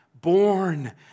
Born